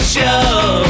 Show